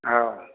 औ